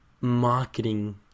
marketing